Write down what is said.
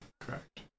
Correct